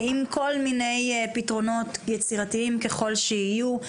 עם כל מיני פתרונות יצירתיים ככל שיהיו,